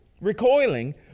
recoiling